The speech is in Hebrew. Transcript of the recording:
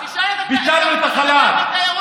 תשאל את ענף התיירות אם זה טוב להם.